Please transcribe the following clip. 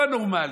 הוא הנורמלי,